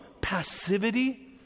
passivity